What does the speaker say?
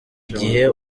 igihe